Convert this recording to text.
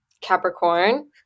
Capricorn